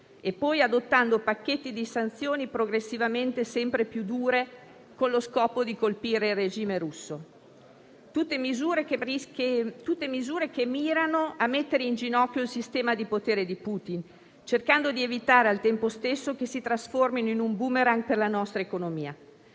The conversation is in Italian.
e poi adottando pacchetti di sanzioni progressivamente sempre più dure, con lo scopo di colpire il regime russo. Sono tutte misure che mirano a mettere in ginocchio il sistema di potere di Putin, cercando di evitare - al tempo stesso - che si trasformino in un *boomerang* per la nostra economia.